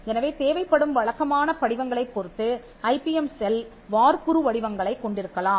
எனவே தேவைப்படும் வழக்கமான படிவங்களைப் பொறுத்து ஐபிஎம் செல் வார்ப்புரு வடிவங்களைக் கொண்டிருக்கலாம்